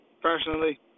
personally